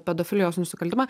pedofilijos nusikaltimą